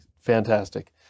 Fantastic